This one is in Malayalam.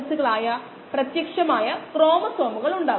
ഇത് നമ്മൾ വളരെ വ്യക്തമായി ഓർമ്മിക്കേണ്ട ഒന്നാണ്